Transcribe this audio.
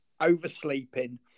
oversleeping